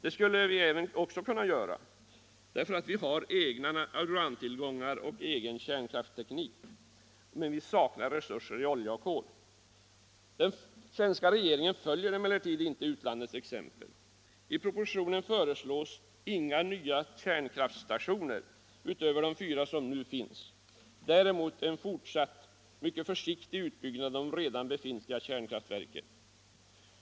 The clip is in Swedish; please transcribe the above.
Det skulle även vi kunna göra, eftersom vi har egna urantillgångar och en egen kärnkraftsteknik men saknar egna resurser av olja och kol. Den svenska regeringen följer inte utlandets exempel. I propositionen föreslås inga nya kärnkraftstationer utöver de fyra som nu finns. Däremot förordas en fortsatt mycket försiktig utbyggnad vid redan befintliga kärnkraftverk.